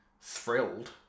thrilled